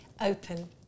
Open